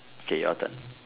okay your turn